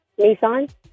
Nissan